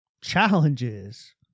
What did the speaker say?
challenges